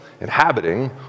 inhabiting